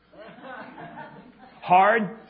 Hard